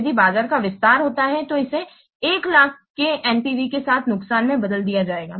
यदि बाजार का विस्तार होता है तो इसे 100000 के NPV के साथ नुकसान में बदल दिया जाएगा